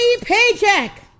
Paycheck